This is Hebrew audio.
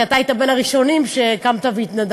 כי אתה היית בין הראשונים שקמת והתנדבת,